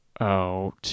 out